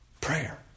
Prayer